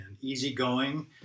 easygoing